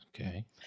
Okay